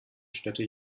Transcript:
städte